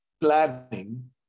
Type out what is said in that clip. planning